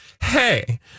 hey